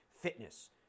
fitness